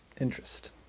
interest